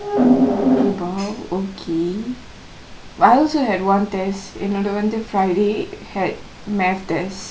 okay I also had one test என்னோட வந்து:ennoda vanthu friday had math test